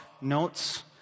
notes